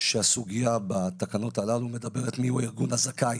שהסוגיה בתקנות הללו מדברת על מיהו הארגון הזכאי,